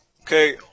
Okay